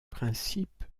principe